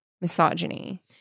misogyny